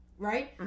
Right